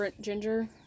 ginger